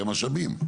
שהוא המשאבים?